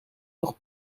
nog